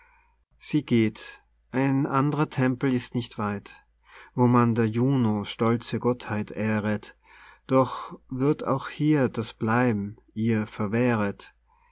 sie geht ein andrer tempel ist nicht weit wo man der juno stolze gottheit ehret doch wird auch hier das bleiben ihr verwehret